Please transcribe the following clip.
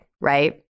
right